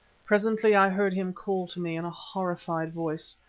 presently i heard him call to me in a horrified voice.